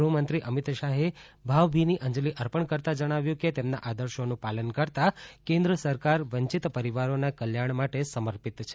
ગુહ્મંત્રી અમિત શાહે ભાવભીની અંજલી અર્પણ કરતા જણાવ્યું કે તેમના આદર્શોનું પાલન કરતાં કેન્દ્ર સરકાર વંચિત પરિવારોના કલ્યાણ માટે સમર્પિત છે